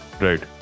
Right